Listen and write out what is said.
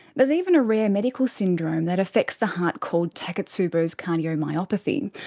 there's even a rare medical syndrome that affects the heart called takotsubo cardiomyopathy,